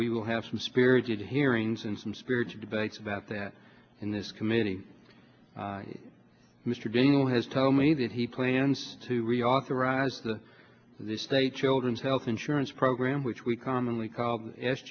we will have some spirited hearings and some spiritual debates about that in this committee mr dingell has told me that he plans to reauthorize the the state children's health insurance program which we commonly call